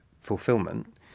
fulfillment